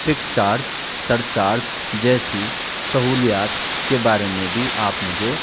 fix charge surcharge جیسی سہولیات کے بارے میں بھی آپ مجھے